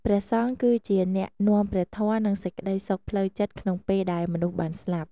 ព្រះសង្ឃគឺជាអ្នកនាំព្រះធម៌ និងសេចក្ដីសុខផ្លូវចិត្តក្នុងពេលដែលមនុស្សបានស្លាប់។